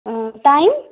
time